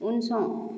उनसं